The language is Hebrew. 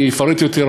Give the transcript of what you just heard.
אני אפרט יותר,